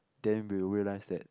then we'll realise that